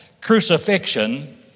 crucifixion